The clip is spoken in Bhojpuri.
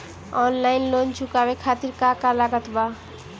ऑनलाइन लोन चुकावे खातिर का का लागत बा?